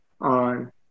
on